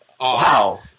wow